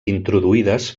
introduïdes